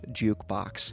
jukebox